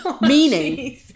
Meaning